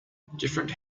different